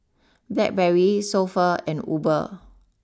Blackberry So Pho and Uber